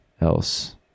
else